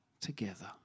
together